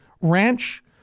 ranch